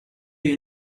you